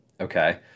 okay